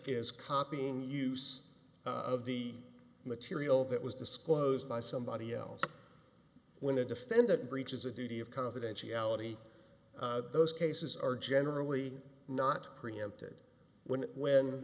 is copying use of the material that was disclosed by somebody else when a defendant breaches a duty of confidentiality those cases are generally not preempted when when